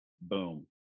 boom